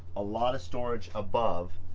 a lot of storage above.